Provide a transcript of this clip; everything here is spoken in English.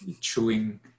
chewing